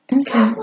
Okay